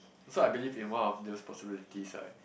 so I believe in one of those possibilities right